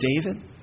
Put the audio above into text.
David